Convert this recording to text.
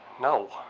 No